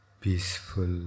peaceful